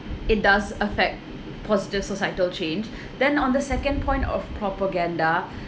it does affect positive societal change then on the second point of propaganda